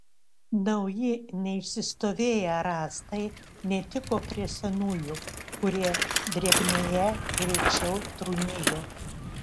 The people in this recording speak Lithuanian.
nauji neišsistovėję rąstai netiko prie senųjų kurie drėgmėje greičiau trūnijo